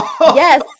Yes